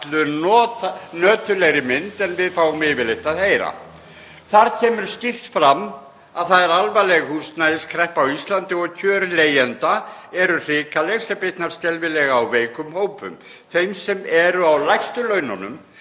allnöturlegri mynd en við fáum yfirleitt að heyra. Þar kemur skýrt fram að það er alvarleg húsnæðiskreppa á Íslandi og kjör leigjenda eru hrikaleg, sem bitnar skelfilega á veikum hópum, þeim sem eru á lægstu laununum;